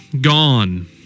gone